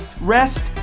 rest